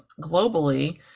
globally